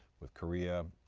with korea,